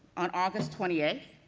on august twenty eighth,